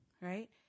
right